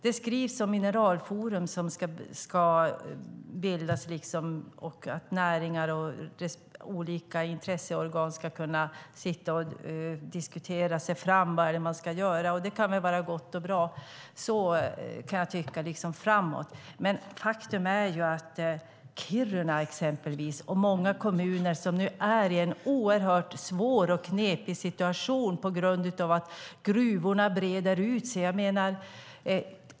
Det skrivs om mineralforum som ska bildas och att näringar och olika intresseorgan ska kunna diskutera sig fram till hur man ska göra. Det kan väl vara gott och bra, kan jag tycka, liksom framåt. Men faktum är ju att exempelvis Kiruna och många kommuner nu är i en oerhört svår och knepig situation på grund av att gruvorna breder ut sig.